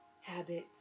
habits